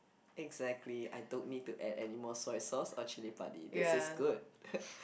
exactly I don't need to add any more soya sauce or chili padi this is good